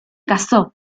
casó